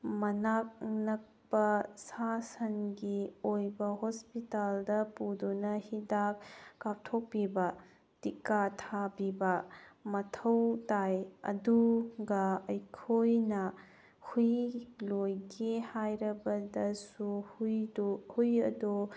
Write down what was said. ꯃꯅꯥꯛ ꯅꯛꯄ ꯁꯥ ꯁꯟꯒꯤ ꯑꯣꯏꯕ ꯍꯣꯁꯄꯤꯇꯥꯜꯗ ꯄꯨꯗꯨꯅ ꯍꯤꯗꯥꯛ ꯀꯥꯞꯊꯣꯛꯄꯤꯕ ꯇꯤꯀꯥ ꯊꯥꯕꯤꯕ ꯃꯊꯧ ꯇꯥꯏ ꯑꯗꯨꯒ ꯑꯩꯈꯣꯏꯅ ꯍꯨꯏ ꯂꯣꯏꯒꯦ ꯍꯥꯏꯔꯕꯗꯁꯨ ꯍꯨꯏꯗꯣ ꯍꯨꯏ ꯑꯗꯣ